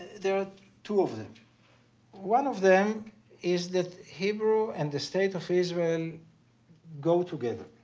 there are two of them one of them is that hebrew and the state of israel go together